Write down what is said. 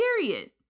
period